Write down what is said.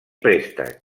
préstec